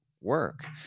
work